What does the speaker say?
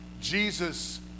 Jesus